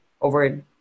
over